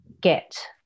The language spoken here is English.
get